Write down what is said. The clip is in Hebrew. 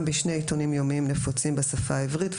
בשני עיתונים יומיים נפוצים בשפה העברית,